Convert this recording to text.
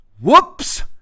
whoops